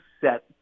set